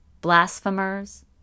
blasphemers